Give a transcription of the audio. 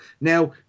Now